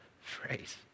phrase